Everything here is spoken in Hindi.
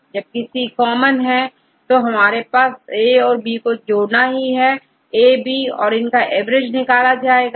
इस तरह सी कॉमन है क्योंकि आपको ए और बी जोड़ना ही है तो यह A और B लेकर इनका एवरेज निकाल देते हैं